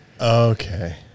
Okay